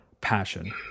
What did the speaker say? passion